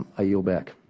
i yield back.